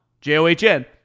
J-O-H-N